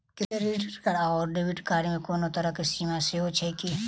Credit card आओर debit card मे कोनो तरहक सीमा सेहो छैक की?